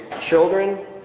children